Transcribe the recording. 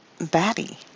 batty